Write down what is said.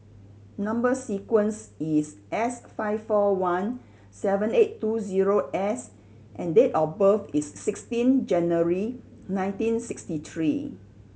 number sequence is S five four one seven eight two zero S and date of birth is sixteen January nineteen sixty three